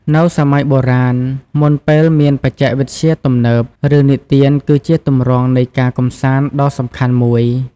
នៅសម័យបុរាណ មុនពេលមានបច្ចេកវិទ្យាទំនើប រឿងនិទានគឺជាទម្រង់នៃការកម្សាន្តដ៏សំខាន់មួយ ។